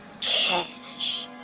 Cash